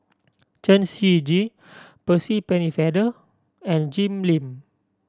Chen Shiji Percy Pennefather and Jim Lim